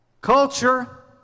culture